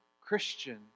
Christian